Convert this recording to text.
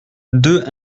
deux